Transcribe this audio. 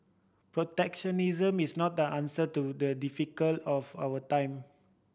protectionism is not the answer to the difficult of our time